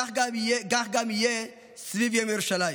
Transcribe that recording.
כך גם יהיה סביב יום ירושלים.